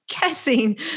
guessing